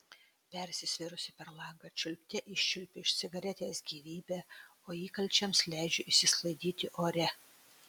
persisvėrusi per langą čiulpte iščiulpiu iš cigaretės gyvybę o įkalčiams leidžiu išsisklaidyti ore